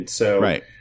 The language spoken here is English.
right